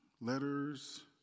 Letters